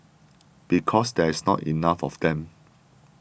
because there's not enough of them